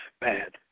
bad